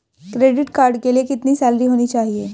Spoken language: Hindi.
क्रेडिट कार्ड के लिए कितनी सैलरी होनी चाहिए?